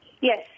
Yes